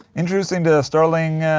introducing the sterling.